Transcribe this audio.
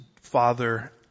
father